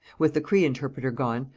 with the cree interpreter gone,